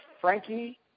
Frankie